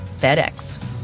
FedEx